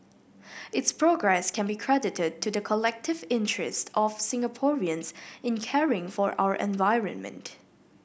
its progress can be credited to the collective interests of Singaporeans in caring for our environment